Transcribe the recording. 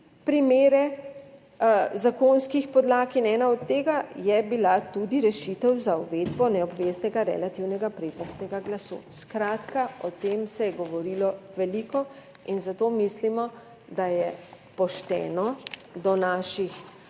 primere zakonskih podlag in ena od tega je bila tudi rešitev za uvedbo neobveznega relativnega prednostnega glasu. Skratka o tem se je govorilo veliko in zato mislimo, da je pošteno do naših